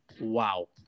Wow